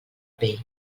pell